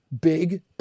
big